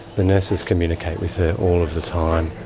the nurses communicate with her all of the time.